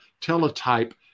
teletype